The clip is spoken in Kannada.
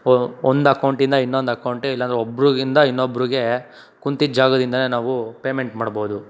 ಒಂದು ಅಕೌಂಟಿಂದ ಇನ್ನೊಂದು ಅಕೌಂಟಿಗೆ ಇಲ್ಲಾಂದರೆ ಒಬ್ರಿಗಿಂದ ಇನ್ನೊಬ್ಬರಿಗೆ ಕುಂತಿದ ಜಾಗದಿಂದಲೇ ನಾವು ಪೇಮೆಂಟ್ ಮಾಡ್ಬೋದು